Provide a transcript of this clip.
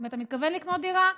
אם אתה מתכוון לקנות דירה,